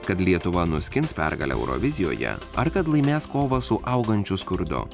kad lietuva nuskins pergalę eurovizijoje ar kad laimės kovą su augančiu skurdo